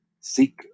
Seek